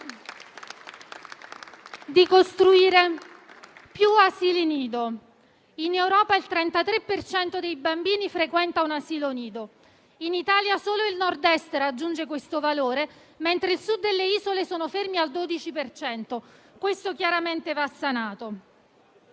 di costruire più asili nido. In Europa il 33 per cento dei bambini frequenta un asilo nido. In Italia solo il Nord-Est raggiunge questo valore, mentre il Sud e le isole sono fermi al 12 per cento. È un aspetto